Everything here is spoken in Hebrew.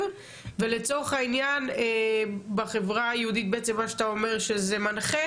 ולצורך הענין בחברה היהודית מה שאתה אומר שזה מנחה.